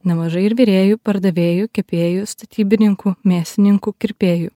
nemažai ir virėjų pardavėjų kepėjų statybininkų mėsininkų kirpėjų